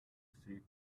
through